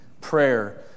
prayer